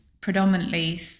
predominantly